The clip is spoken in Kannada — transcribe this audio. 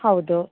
ಹೌದು